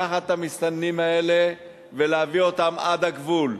לקחת את המסתננים האלה ולהביא אותם עד הגבול.